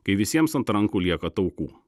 kai visiems ant rankų lieka taukų